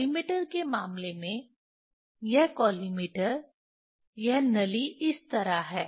collimator के मामले में यह कॉलिमेटर यह नली इस तरह है